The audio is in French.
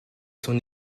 son